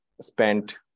spent